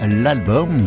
l'album